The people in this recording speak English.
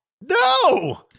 No